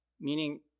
Meaning